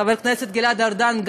חבר הכנסת גלעד ארדן,